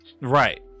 Right